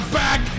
back